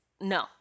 No